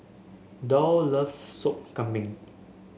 Doll loves Sop Kambing